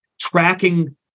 tracking